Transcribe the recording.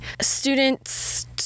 students